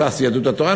ש"ס ויהדות התורה,